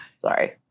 Sorry